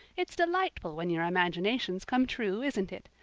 it's delightful when your imaginations come true, isn't it?